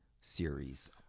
series